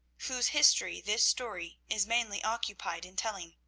whose history this story is mainly occupied in telling.